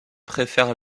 préfère